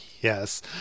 Yes